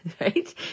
Right